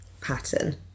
pattern